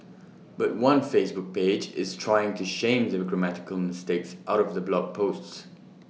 but one Facebook page is trying to shame the grammatical mistakes out of the blog posts